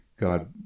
God